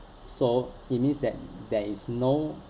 so it means that there is no